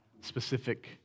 specific